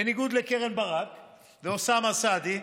בניגוד לקרן ברק ואוסאמה סעדי,